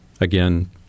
again